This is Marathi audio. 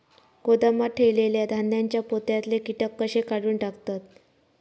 गोदामात ठेयलेल्या धान्यांच्या पोत्यातले कीटक कशे काढून टाकतत?